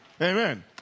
amen